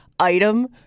Item